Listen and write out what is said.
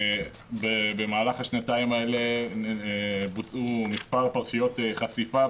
במהלך השנתיים האלה בוצעו מספר פרשיות חשיפה,